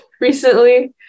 recently